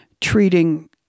treating